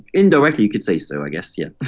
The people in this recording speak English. indirectly, you could say so, i guess, yeah